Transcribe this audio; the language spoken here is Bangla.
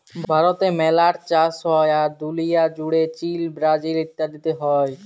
ভারতে মেলা ট চাষ হ্যয়, আর দুলিয়া জুড়ে চীল, ব্রাজিল ইত্যাদিতে হ্য়য়